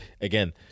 again